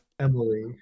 Emily